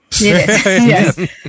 Yes